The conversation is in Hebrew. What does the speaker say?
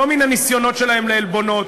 לא מן הניסיונות שלהם לעלבונות,